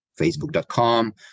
Facebook.com